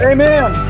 Amen